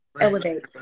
elevate